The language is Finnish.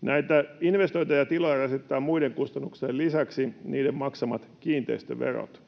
Näitä investoineita tiloja rasittavat muiden kustannuksien lisäksi niiden maksamat kiinteistöverot.